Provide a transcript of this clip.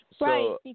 Right